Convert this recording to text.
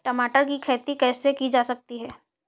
टमाटर की खेती कैसे की जा सकती है?